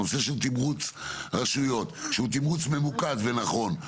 הנושא של תמרוץ רשויות שהוא תמרוץ ממוקד ונכון,